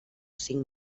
cinc